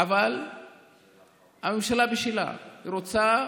אבל הממשלה בשלה: היא רוצה